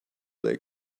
they